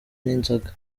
n’inzoga